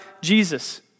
Jesus